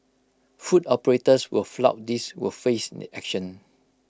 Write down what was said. food operators who flout this will face action